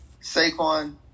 Saquon